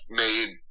made